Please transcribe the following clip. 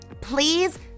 please